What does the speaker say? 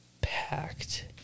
Packed